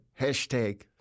Hashtag